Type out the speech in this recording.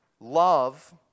love